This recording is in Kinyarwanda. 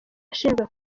ashinjwa